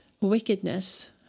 wickedness